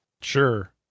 Sure